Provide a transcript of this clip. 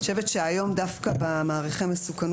אני חושבת שהיום דווקא במעריכי מסוכנות